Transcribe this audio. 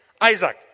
Isaac